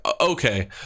okay